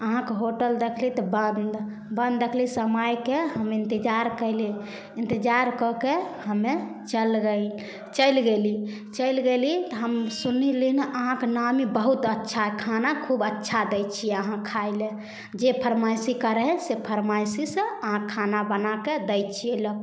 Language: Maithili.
अहाँके होटल देखली तऽ बन्द बन्द देखली समयके हम इन्तजार कएली इन्तजार कऽके हमे चल गेली चलि गेली चलि गेली तऽ हम सुनि अहाँके नामी बहुत अच्छा खाना खूब अच्छा दै छिए अहाँ खाइलए जे फरमाइशी करै हइ से फरमाइशी से अहाँ खाना बनाकऽ दै छिए लोकके